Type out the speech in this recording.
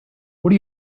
what